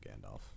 Gandalf